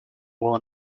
will